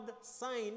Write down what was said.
sign